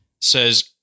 says